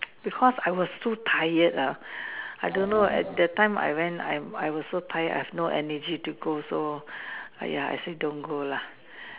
because I was too tired lah I don't know at the time I went I'm I was so tired I have no energy to go so !aiya! I said don't go lah